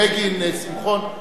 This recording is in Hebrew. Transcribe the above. בגין ושמחון.